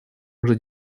уже